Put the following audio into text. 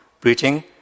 preaching